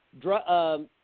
drug